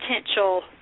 potential